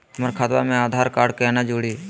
हमर खतवा मे आधार कार्ड केना जुड़ी?